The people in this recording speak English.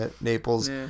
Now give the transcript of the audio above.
Naples